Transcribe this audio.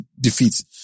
defeat